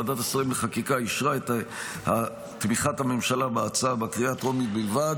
ועדת השרים לחקיקה אישרה את תמיכת הממשלה בהצעה ובקריאה הטרומית בלבד